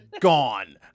gone